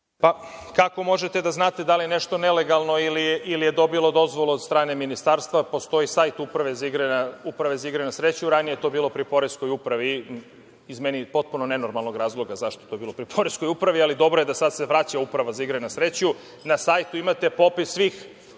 Pa, kako možete da znate da li je nešto nelegalno ili je dobilo dozvolu od strane ministarstva. Postoji sajt uprave za igre na sreću. Ranije je to bilo pri Poreskoj upravi, iz meni potpuno nenormalnog razloga zašto je to bilo pri Poreskoj upravi, ali dobro je da se sada se vraća Uprava za igre na sreću. Na sajtu imate popis svih